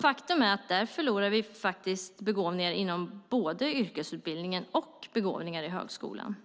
Faktum är att där förlorar vi både begåvningar inom yrkesutbildningen och begåvningar i högskolan.